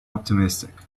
optimistic